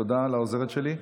תודה לעוזרת שלי.